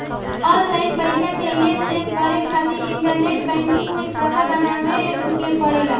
online पईसा के लेनदेन करे खातिर इंटरनेट बैंकिंग में खाता बनावे के पड़ेला